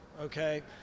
okay